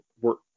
work